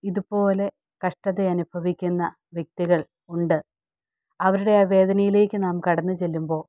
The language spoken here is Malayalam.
ഇതുപോലെ കഷ്ടത അനുഭവിക്കുന്ന വ്യക്തികൾ ഉണ്ട് അവരുടെ ആ വേദനയിലേക്ക് നാം കടന്നു ചെല്ലുമ്പോൾ